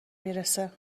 میرسه